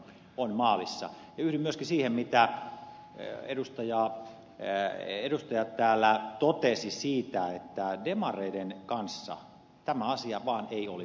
ja yhdyn myöskin siihen mitä edustajat täällä totesivat siitä että demareiden kanssa tämä asia ei vaan olisi onnistunut